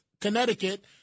Connecticut